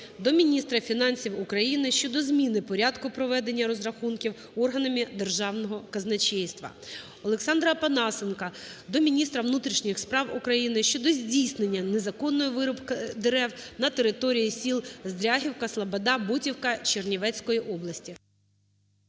до міністра фінансів України щодо зміни порядку проведення розрахунків органами Державного казначейства. Олександра Опанасенка до міністра внутрішніх справ України щодо здійснення незаконної вирубки дерев на території сіл Здрягівка, Слобода, Бутівка Чернівецької області.